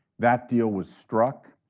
that deal was struck.